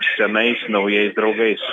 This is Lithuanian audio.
senais naujais draugais